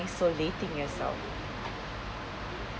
isolating yourself